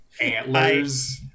antlers